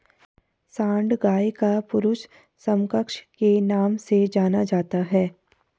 सांड गाय का पुरुष समकक्ष के नाम से जाना जाता है